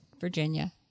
Virginia